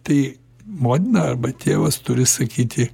tai motina arba tėvas turi sakyti